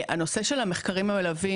הנושא של המחקרים המלווים,